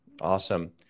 Awesome